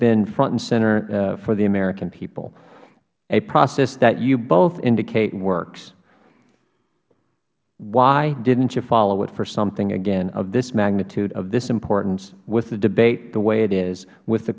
been front and center for the american people a process that you both indicate works why didn't you follow it for something again of this magnitude of this importance with the debate the way it is with the